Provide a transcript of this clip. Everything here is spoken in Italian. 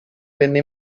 venne